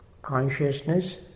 Consciousness